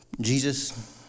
Jesus